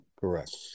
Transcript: Correct